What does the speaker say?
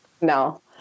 No